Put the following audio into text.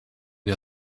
der